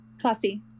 Classy